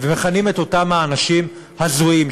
ומכנים את אותם האנשים "הזויים",